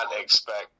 expect